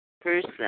person